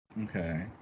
Okay